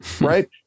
right